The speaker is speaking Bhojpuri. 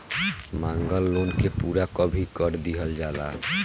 मांगल लोन के पूरा कभी कर दीहल जाला